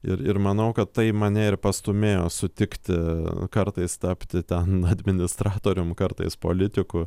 ir ir manau kad tai mane ir pastūmėjo sutikti kartais tapti ten administratorium kartais politiku